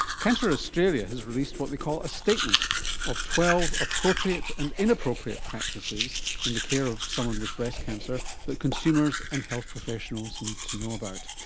cancer australia has released what they call a statement of twelve appropriate and inappropriate practices in the care of someone with breast cancer that consumers and health professionals need to know about.